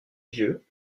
vieux